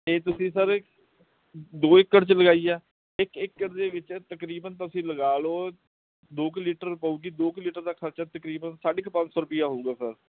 ਇਹ ਤੁਸੀਂ ਸਰ ਦੋ ਏਕੜ 'ਚ ਲਗਾਈ ਆ ਇੱਕ ਏਕੜ ਦੇ ਵਿੱਚ ਤਕਰੀਬਨ ਤੁਸੀਂ ਲਗਾ ਲਓ ਦੋ ਕੁ ਲੀਟਰ ਪਵੇਗੀ ਦੋ ਕੁ ਲੀਟਰ ਦਾ ਖਰਚਾ ਤਕਰੀਬਨ ਸਾਢੇ ਕੁ ਪੰਜ ਸੌ ਰੁਪਈਆ ਹੋਵੇਗਾ ਸਰ